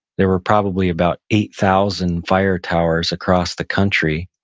there were probably about eight thousand fire towers across the country,